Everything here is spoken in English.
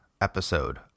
episode